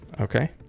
Okay